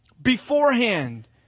Beforehand